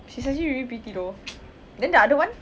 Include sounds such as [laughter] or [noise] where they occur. she's actually really pretty though [noise] then the other one